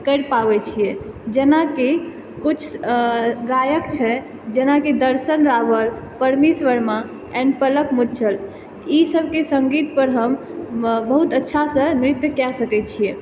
करि पाबै छै जेनाकि कुछ अऽ गायक छै जेनाकि दर्शन रावल परमीश वर्मा एन्ड पलक मुच्छल सबके सङ्गीत पर हम अऽ बहुत अच्छासँ नृत्य कऽ सकै छियै